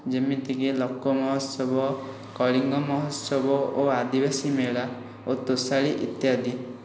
ଯେମିତିକି ଲୋକ ମହୋତ୍ସବ କଳିଙ୍ଗ ମହୋତ୍ସବ ଓ ଆଦିବାସୀ ମେଳା ଓ ତୋଷାଳି ଇତ୍ୟାଦି